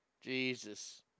Jesus